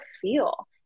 feel